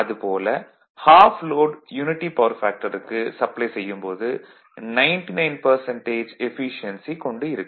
அது போல off load unity power ஃபேக்டருக்கு சப்ளை செய்யும் போது 99 எஃபீசியென்சி கொண்டு இருக்கும்